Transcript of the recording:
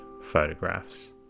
photographs